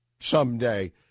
Someday